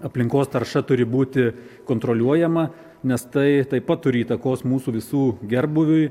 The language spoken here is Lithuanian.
aplinkos tarša turi būti kontroliuojama nes tai taip pat turi įtakos mūsų visų gerbūviui